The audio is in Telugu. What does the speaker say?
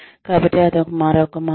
కాబట్టి అది మరొక మార్గం